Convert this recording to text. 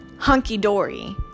hunky-dory